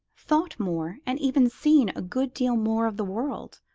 thought more, and even seen a good deal more of the world,